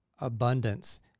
abundance